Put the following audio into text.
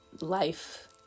life